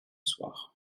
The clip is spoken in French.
soir